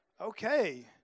Okay